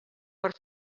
per